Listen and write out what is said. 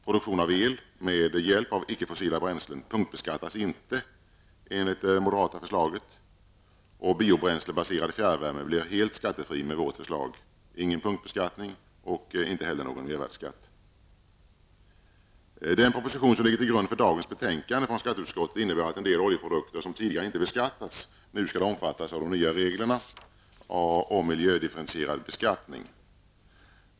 Produktion av el med hjälp av icke-fossila bränslen punktbeskattas inte enligt det moderata förslaget. Biobränslebaserad fjärrvärme blir helt skattefri med vårt förslag. Ingen punktbeskattning och ingen mervärdeskatt förekommer. Den proposition som ligger till grund för dagens betänkande från skatteutskottet innebär att en del oljeprodukter som tidigare inte beskattats nu skall omfattas av de nya reglerna om miljödifferentierad beskattning.